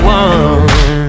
one